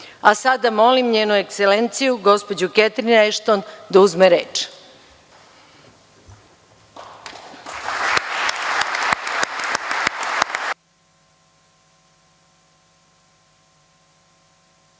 molim njenu ekselenciju, gospođu Ketrin Ešton, da uzme reč.